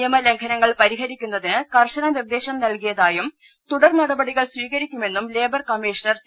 നിയ മലംഘനങ്ങൾ പരിഹരിക്കുന്നതിന് കർശന നിർദ്ദേശം നൽകി യതായും തുടർ നടപടികൾ സ്വീകരിക്കുമെന്നും ലേബർ കമ്മീ ഷണർ സി